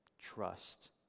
trust